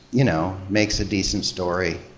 you know, makes a decent story,